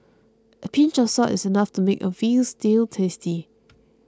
a pinch of salt is enough to make a Veal Stew tasty